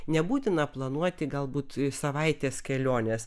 nebūtina planuoti galbūt savaitės keliones